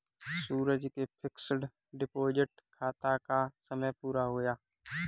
सूरज के fixed deposit खाता का समय पूरा हो गया है